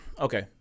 okay